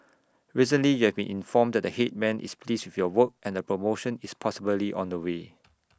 recently you have been informed that the Headman is pleased with your work and A promotion is possibly on the way